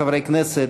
חברי הכנסת,